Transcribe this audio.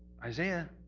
Isaiah